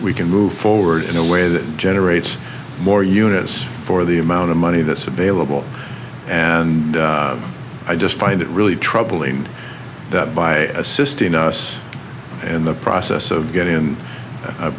we can move forward in a way that generates more units for the amount of money that's available and i just find it really troubling that by assisting us in the process of getting in a